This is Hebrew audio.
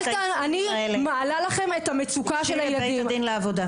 אני מעלה בפניכם את המצוקה של הילדים.